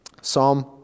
Psalm